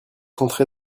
entrée